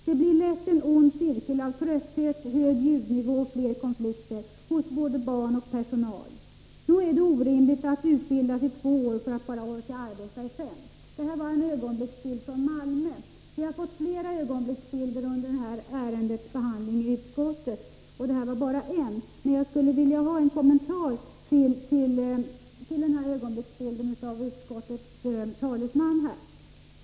Det blir lätt en ond cirkel av trötthet, hög ljudnivå och fler konflikter — hos både barn och personal. Nog är det orimligt att utbildas i två år för att bara orka arbeta i fem? !” Detta var en ögonblicksbild från Malmö. Vi har fått flera ögonblicksbilder under detta ärendes behandling i utskottet — detta var bara en. Jag skulle vilja få en kommentar till denna ögonblicksbild av utskottets talesman.